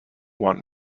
want